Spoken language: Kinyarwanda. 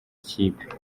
ikipe